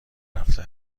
رفته